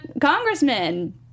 congressman